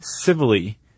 civilly